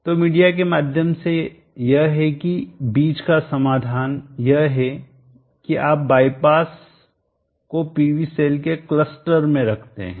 तो मीडिया के माध्यम से यह है कि बीच का समाधान यह है कि आप बायपास को पीवी सेल के क्लस्टर में रखते हैं